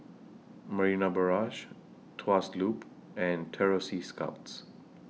Marina Barrage Tuas Loop and Terror Sea Scouts